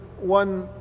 one